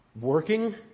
working